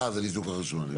אה זה ניתוק החשמל.